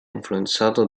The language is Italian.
influenzato